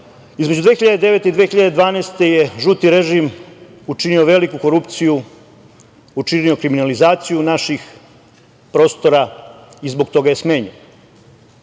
između 2009. i 2012. godine je žuti režim učinio veliku korupciju, učinio kriminalizaciju naših prostora i zbog toga je smenjen,